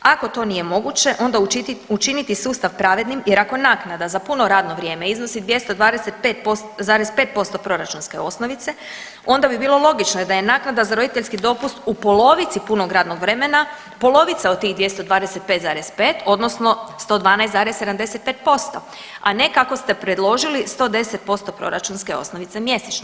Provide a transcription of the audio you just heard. Ako to nije moguće onda učiniti sustav pravednim jer ako naknada za puno radno vrijeme iznosi 225,5% proračunske osnovice onda bi bilo logično da je naknada za roditeljski dopust u polovici punog radnog vremena polovica od tih 225,5 odnosno 112,75%, a ne kako ste predložili 110% proračunske osnovice mjesečno.